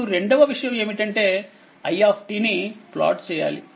ఇప్పుడు రెండవ విషయంఏమిటంటే iని ప్లాట్ చేయాలి